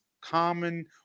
common